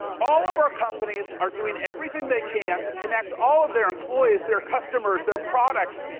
all of our companies are doing everything they can to connect all of their employees, their customers, their products.